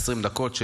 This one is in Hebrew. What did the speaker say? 20 דקות,